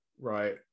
right